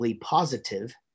positive